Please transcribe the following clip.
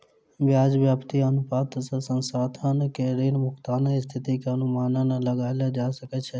ब्याज व्याप्ति अनुपात सॅ संस्थान के ऋण भुगतानक स्थिति के अनुमान लगायल जा सकै छै